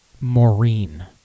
maureen